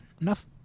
Enough